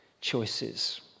choices